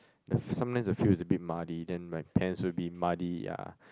sometimes the field is a bit muddy then my pants would be muddy yea